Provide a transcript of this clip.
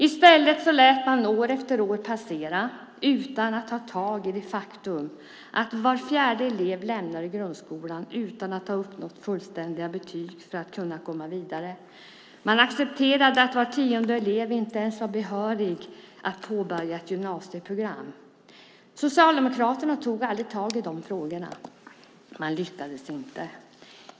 I stället lät man år efter år passera utan att ta tag i det faktum att var fjärde elev lämnar grundskolan utan att ha uppnått fullständiga betyg för att kunna komma vidare. Man accepterade att var tionde elev inte ens var behörig att påbörja ett gymnasieprogram. Socialdemokraterna tog aldrig tag i de frågorna. Man lyckades inte.